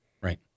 Right